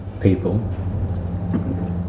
people